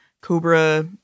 cobra